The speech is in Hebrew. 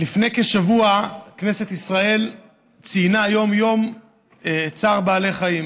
לפני כשבוע כנסת ישראל ציינה את יום צער בעלי חיים,